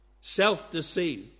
self-deceived